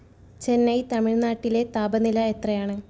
ചെന്നൈ തമിഴ്നാട്ടിലെ താപനില എത്രയാണ്